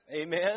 amen